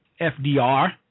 FDR